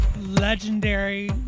legendary